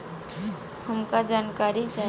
हमका जानकारी चाही?